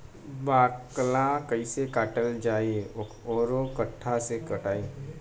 बाकला कईसे काटल जाई औरो कट्ठा से कटाई?